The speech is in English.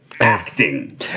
acting